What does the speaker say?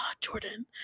jordan